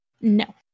No